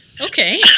Okay